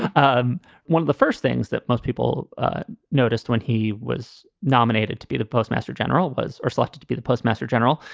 um one of the first things that most people noticed when he was nominated to be the postmaster general was or selected to be the postmaster general,